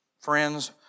Friends